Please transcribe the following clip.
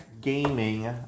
Gaming